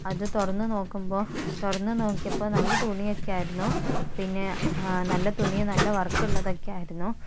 അത് തുറന്ന് നോക്കുമ്പോൾ തുറന്ന് നോക്കിയപ്പം നല്ല തുണിയൊക്കെ ആയിരുന്നു പിന്നെ നല്ല തുണി നല്ല വർക്കുള്ളതൊക്കെ ആയിരുന്നു